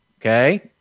Okay